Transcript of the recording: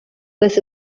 this